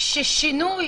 ששינוי